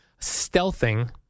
Stealthing